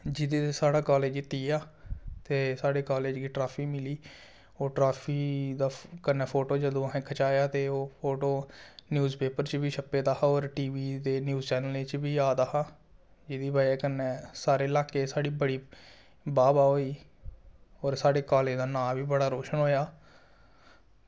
जेह्दे ई साढ़ा कॉलेज जीती गेआ ते साढ़े कॉलेज गी ट्रॉफी मिली ओह् ट्रॉफी दा कन्नै फोटो जदूं खिचाया हा ते ओह् फोटो न्यूज पेपर च बी छपे दा हा ओह् होर टी वी ते न्यूज चैनलें च बी आ दा हा ओह् एह्दी बजह कन्नै सारे लाकै ई साढ़ी बड़ी वाह् वाह् होई होर साढ़े कॉलेज दा ना भी बड़ा रोशन होया